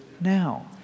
now